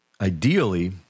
ideally